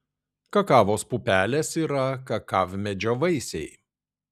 kakavos pupelės yra kakavmedžio vaisiai